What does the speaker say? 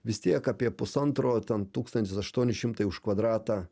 vis tiek apie pusantro ten tūkstantis aštuoni šimtai už kvadratą